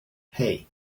hey